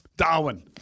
Darwin